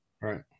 Right